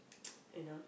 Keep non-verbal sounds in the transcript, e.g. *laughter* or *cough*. *noise* you know